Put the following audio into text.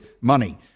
money